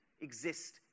exist